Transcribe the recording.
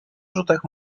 rzutach